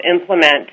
implement